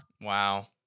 Wow